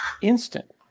Instant